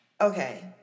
okay